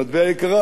אם היית שותק,